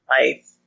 life